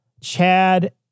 Chad